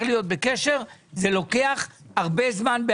זה לוקח זמן רב.